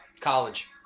college